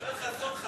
יואל חסון,